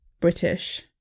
British